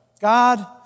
God